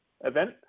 event